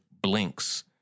blinks